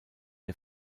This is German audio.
der